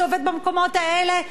שעובד במקומות האלה,